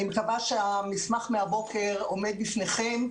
אני מקווה שהמסמך מהבוקר עומד בפניכם.